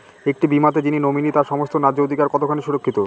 একটি বীমাতে যিনি নমিনি তার সমস্ত ন্যায্য অধিকার কতখানি সুরক্ষিত?